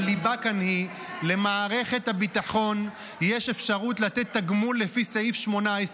הליבה כאן היא שלמערכת הביטחון יש אפשרות לתת תגמול לפי סעיף 18,